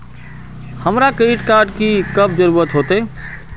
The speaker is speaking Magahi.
हमरा क्रेडिट कार्ड की कब जरूरत होते?